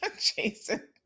Jason